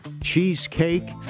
Cheesecake